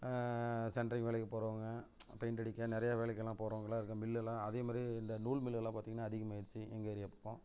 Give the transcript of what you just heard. centring வேலைக்கு போகிறவங்க paint அடிக்க நிறைய வேலைக்கெல்லாம் போகிறவங்கெல்லாம் இருக்க மில்லெல்லாம் அதே மாதிரி இந்த நூல் மில்லெல்லாம் பார்த்திங்கனா அதிகமாயிருச்சு எங்கள் ஏரியா பக்கம்